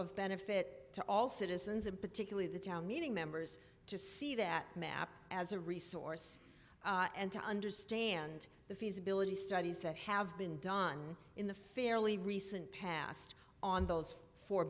of benefit to all citizens and particularly the town meeting members to see that map as a resource and to understand the feasibility studies that have been done in the fairly recent past on those four